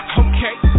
okay